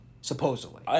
supposedly